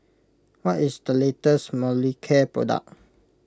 what is the latest Molicare product